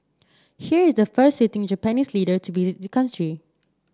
here is the first sitting Japanese leader to be visit these country